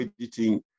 editing